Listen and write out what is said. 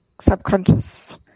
subconscious